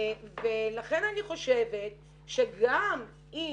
לכן אני חושבת שגם אם